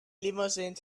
limousine